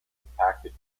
impacted